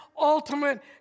ultimate